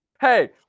Hey